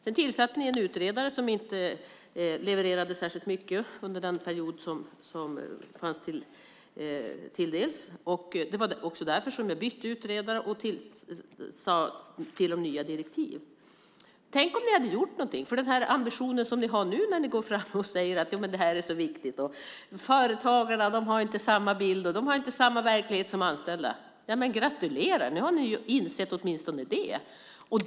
Sedan tillsatte ni en utredare som inte levererade särskilt mycket under den period som fanns till förfogande. Det var också därför som jag bytte utredare och gav utredaren nya direktiv. Tänk om ni hade gjort någonting! Nu har ni ambitioner och säger att det här är så viktigt och att företagarna inte har samma verklighet som anställda. Men gratulerar, nu har ni åtminstone insett det.